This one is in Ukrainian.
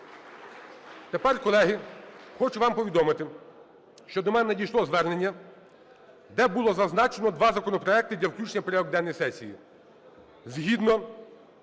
Тепер, колеги, хочу вам повідомити, що до мене надійшло звернення, де було зазначено два законопроекти для включення в порядок денний сесії.